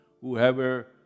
whoever